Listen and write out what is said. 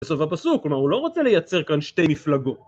בסוף הפסוק, כלומר הוא לא רוצה לייצר כאן שתי מפלגות.